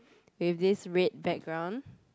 with this red background